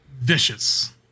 vicious